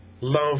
Love